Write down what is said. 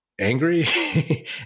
angry